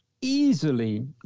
easily